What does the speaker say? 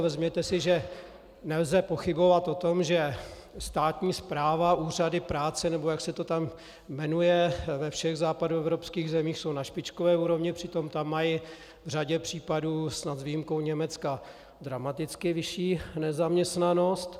Vezměte si, že nelze pochybovat o tom, že státní správa, úřady práce, nebo jak se to jmenuje, ve všech západoevropských zemích jsou na špičkové úrovni, přitom tam mají v řadě případů, snad s výjimkou Německa, dramaticky vyšší nezaměstnanost.